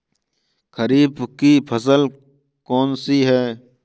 खरीफ की फसल कौन सी है?